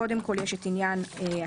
קודם כול יש את עניין הטלפון,